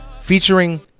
featuring